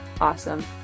Awesome